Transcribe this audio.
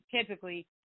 typically